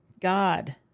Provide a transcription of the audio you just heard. God